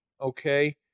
okay